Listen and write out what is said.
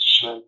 shape